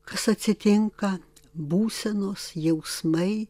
kas atsitinka būsenos jausmai